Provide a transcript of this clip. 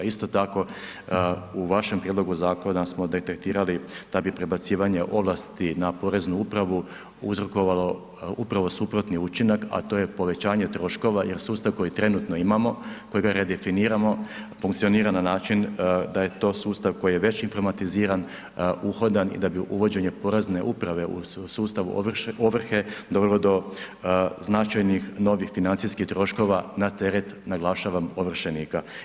Isto tako, u vašem prijedlogu zakona smo detektirali da bi prebacivanje ovlasti na Poreznu upravu uzrokovalo upravo suprotni učinak a to je povećanje troškova jer sustav koji trenutno imamo, kojega redefiniramo funkcionira na način da je to sustav koji je već implematiziran, uhodan i da bi uvođenje Porezne uprave u sustav ovrhe dovelo do značajnih novih financijskih troškova na teret naglašavam, ovršenika.